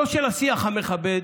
של השיח המכבד,